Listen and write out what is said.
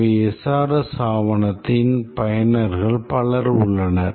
எனவே SRS ஆவணத்தின் பயனர்கள் பலர் உள்ளனர்